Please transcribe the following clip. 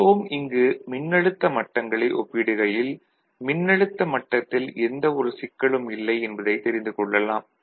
திரும்பவும் இங்கு மின்னழுத்த மட்டங்களை ஒப்பீடுகையில் மின்னழுத்த மட்டத்தில் எந்தவொரு சிக்கலும் இல்லை என்பதைத் தெரிந்துக் கொள்ளலாம்